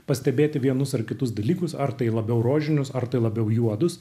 pastebėti vienus ar kitus dalykus ar tai labiau rožinius ar tai labiau juodus